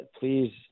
please